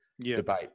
debate